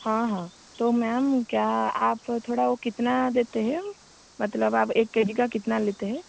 हाँ हाँ तो मैम क्या आप थोड़ा वह कितना देते है मतलब आप एक के जी का कितना लेते है